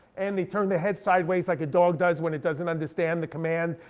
and they turned their head sideways like a dog does when it doesn't understand the command,